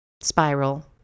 spiral